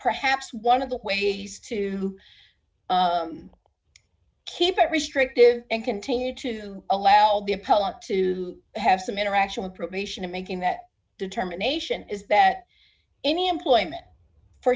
perhaps one of the ways to keep it restrictive and continue to allow the appellant to have some interaction with probation and making that determination is that any employment for